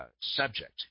subject